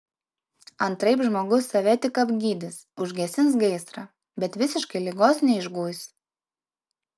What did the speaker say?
antraip žmogus save tik apgydys užgesins gaisrą bet visiškai ligos neišguis